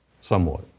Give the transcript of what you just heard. somewhat